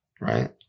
Right